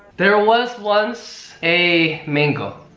there was once a mango.